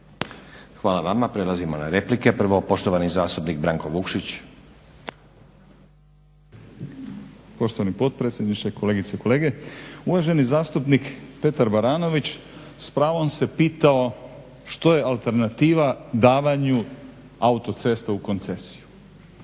**Vukšić, Branko (Hrvatski laburisti - Stranka rada)** Poštovani potpredsjedniče, kolegice i kolege uvaženi zastupnik Petar Baranović s pravom se pitao što je alternativa davanju autocesta u koncesiju.